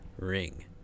ring